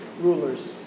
rulers